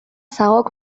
zagok